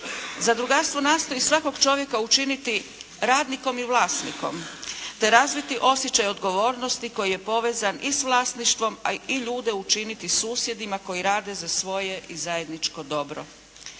Zadrugarstvo nastoji svakog čovjeka učiniti radnikom i vlasnikom, te razviti osjećaj odgovornosti koji je povezan i s vlasništvom, i ljude učiniti susjedima koji rade za svoje i zajedničko dobro.